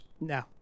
No